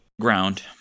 ground